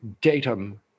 datum